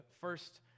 first